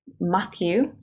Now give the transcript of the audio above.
Matthew